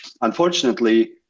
Unfortunately